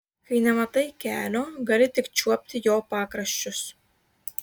kai nematai kelio gali tik čiuopti jo pakraščius